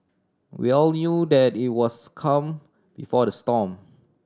we all knew that it was calm before the storm